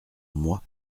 moi